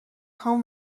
هام